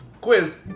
quiz